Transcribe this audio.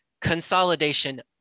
consolidation